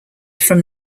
from